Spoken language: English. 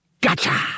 Gotcha